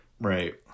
Right